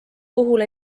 puhul